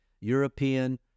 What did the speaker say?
European